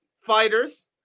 fighters